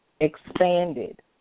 Expanded